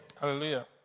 Hallelujah